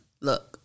Look